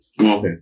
okay